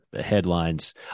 headlines